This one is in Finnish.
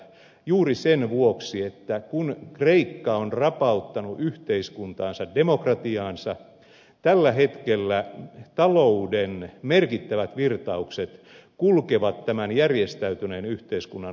juuri sen vuoksi että kun kreikka on rapauttanut yhteiskuntaansa demokratiaansa tällä hetkellä talouden merkittävät virtaukset kulkevat tämän järjestäytyneen yhteiskunnan ulkopuolella